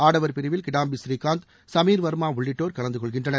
ஆடவர் பிரிவில் கிடாம்பி ஸ்ரீகாந்த் சமீர் வர்மா உள்ளிட்டோர் கலந்து கொள்கின்றனர்